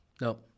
No